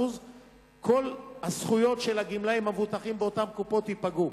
כל הזכויות של הגמלאים המבוטחים באותן קופות ייפגעו.